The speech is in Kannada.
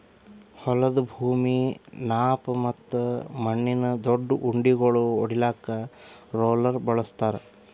ಹೊಲದ ಭೂಮಿ ಸಾಪ್ ಮತ್ತ ಮಣ್ಣಿನ ದೊಡ್ಡು ಉಂಡಿಗೋಳು ಒಡಿಲಾಕ್ ರೋಲರ್ ಬಳಸ್ತಾರ್